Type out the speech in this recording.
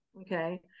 okay